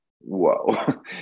whoa